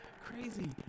crazy